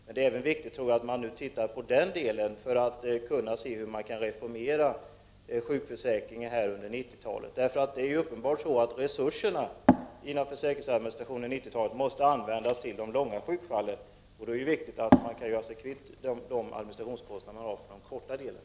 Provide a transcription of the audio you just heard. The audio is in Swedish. Men det är även viktigt att studera den frågan för att man skall kunna se hur sjukförsäkringen skall kunna reformeras under 90-talet. Det är uppenbarligen på det sättet att resurserna för administration av sjukförsäkringen under 90-talet måste användas till de långtidssjukskrivna. Då är det viktigt att man kan göra sig kvitt de administrationskostnader som krävs för de korttidssjukskrivna.